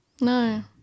no